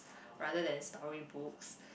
rather than storybooks